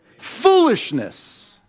Foolishness